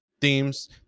themes